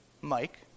Mike